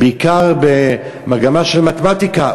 בעיקר במגמה של מתמטיקה.